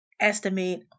estimate